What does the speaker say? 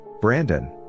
Brandon